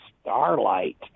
starlight